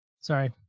sorry